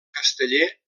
casteller